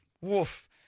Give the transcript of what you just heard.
Woof